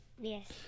Yes